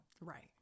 Right